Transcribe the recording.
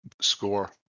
score